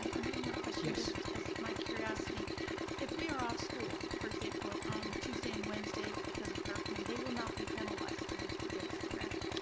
and one more question. yes? just as my curiosity if we are off school, for example um tuesday and wednesday because of hurricane they will not be penalized for those two days, correct?